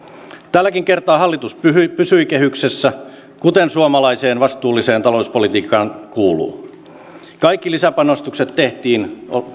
tälläkin kertaa hallitus pysyi pysyi kehyksessä kuten suomalaiseen vastuulliseen talouspolitiikkaan kuuluu kaikki lisäpanostukset tehtiin